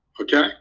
Okay